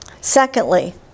Secondly